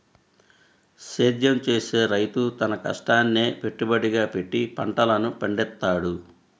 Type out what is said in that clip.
సేద్యం చేసే రైతు తన కష్టాన్నే పెట్టుబడిగా పెట్టి పంటలను పండిత్తాడు